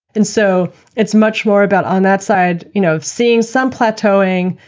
and so it's much more about on that side you know of seeing some plateauing,